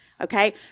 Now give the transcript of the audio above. okay